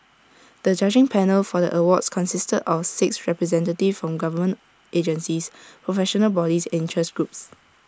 the judging panel for the awards consisted of six representatives from government agencies professional bodies and interest groups